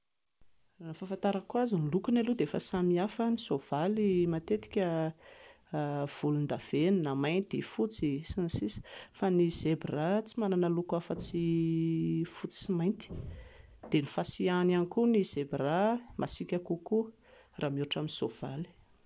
Raha ny fahafantarako azy ny lokony aloha dia efa samihafa, ny soavaly matetika volon-davenona, mainty, fotsy, sns, fa ny zebra tsy manana loko afa-tsy fotsy sy mainty. Dia ny fahasiahany ihany koa ny zebra masiaka kokoa raha miohatra amin'ny soavaly.